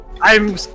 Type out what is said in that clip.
I'm-